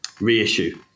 reissue